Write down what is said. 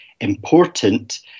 important